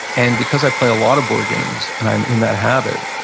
and because i play a lot of board games and i'm in that habit,